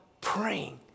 praying